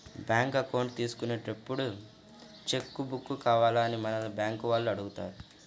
bank account తీసుకున్నప్పుడే cheque book కావాలా అని మనల్ని బ్యేంకుల వాళ్ళు అడుగుతారు